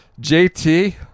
JT